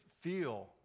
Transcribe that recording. feel